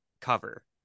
cover